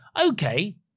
okay